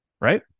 Right